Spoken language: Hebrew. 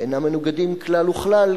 שאינם מנוגדים כלל וכלל,